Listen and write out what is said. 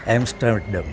Amsterdam